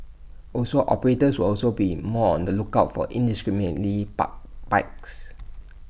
also operators will also be in more on the lookout for indiscriminately parked bikes